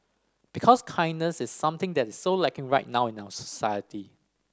because kindness is something that is so lacking right now in our society